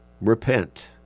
Repent